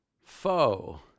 foe